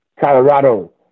Colorado